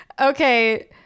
Okay